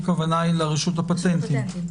הכוונה לרשות הפטנטים.